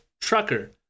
trucker